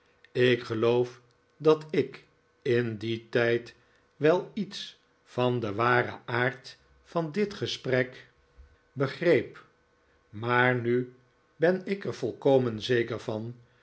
ik geloof dat ik in dien tijd wel iets van den waren aard van dit gesprek begreep maar nu ben ik er volkomen zeker van